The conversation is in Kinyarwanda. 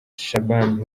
shaban